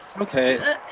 Okay